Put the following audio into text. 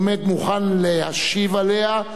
עומד מוכן להשיב עליה,